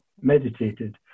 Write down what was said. meditated